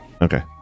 okay